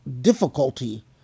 difficulty